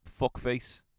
fuckface